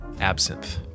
absinthe